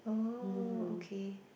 oh okay